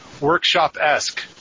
workshop-esque